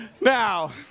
Now